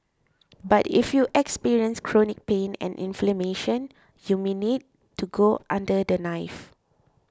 but if you experience chronic pain and inflammation you may need to go under the knife